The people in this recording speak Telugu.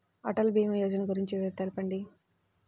అటల్ భీమా యోజన గురించి తెలుపండి?